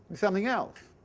something else.